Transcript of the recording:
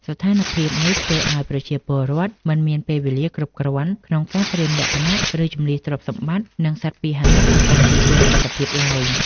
ស្ថានភាពនេះធ្វើឱ្យប្រជាពលរដ្ឋមិនមានពេលវេលាគ្រប់គ្រាន់ក្នុងការត្រៀមលក្ខណៈ ឬជម្លៀសទ្រព្យសម្បត្តិ និងសត្វពាហនៈទៅកាន់ទីទួលសុវត្ថិភាពឡើយ។